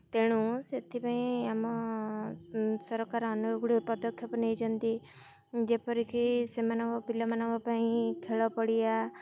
ତେଣୁ ସେଥିପାଇଁ ଆମ ସରକାର ଅନେକ ଗୁଡ଼ିଏ ପଦକ୍ଷେପ ନେଇଛନ୍ତି ଯେପରିକି ସେମାନଙ୍କ ପିଲାମାନଙ୍କ ପାଇଁ ଖେଳପଡ଼ିଆ